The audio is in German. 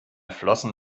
flossen